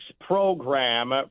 program